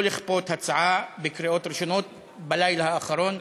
לכפות הצעות בקריאה ראשונה בלילה האחרון.